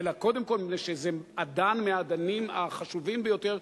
אלא קודם כול מפני שזה אדן מהאדנים החשובים ביותר